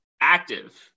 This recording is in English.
active